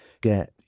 Get